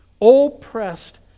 Oppressed